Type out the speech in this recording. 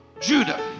Judah